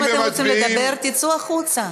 אם אתם רוצים לדבר, תצאו החוצה.